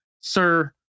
sir